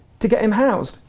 to get him housed.